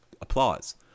Applause